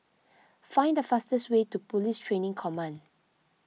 find the fastest way to Police Training Command